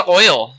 oil